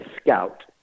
scout